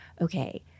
okay